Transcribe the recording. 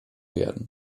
werden